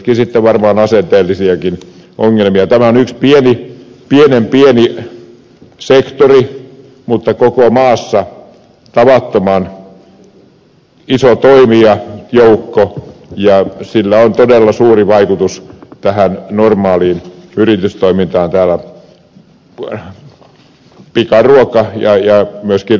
tämä on yksi pienen pieni sektori mutta koko maassa tavattoman iso toimijajoukko ja sillä on todella suuri vaikutus tähän normaaliin yritystoimintaan täällä pikaruoka ja myöskin ravintola alalla